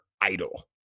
idol